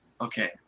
Okay